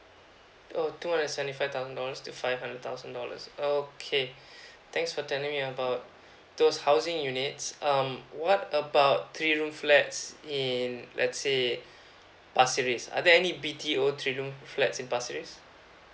oh two hundred and seventy five thousand dollars to five hundred thousand dollars okay thanks for telling me about those housing units um what about three room flats in let's say pasir ris are there any B_T_O three room flats in pasir ris